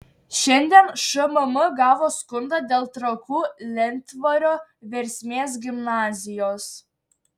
šiandien šmm gavo skundą dėl trakų lentvario versmės gimnazijos